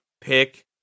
pick